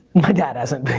my dad hasn't,